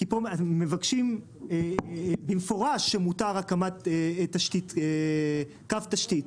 פה מבקשים במפורש שמותר הקמת תשתית, קו תשתית.